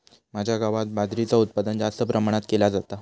माझ्या गावात बाजरीचा उत्पादन जास्त प्रमाणात केला जाता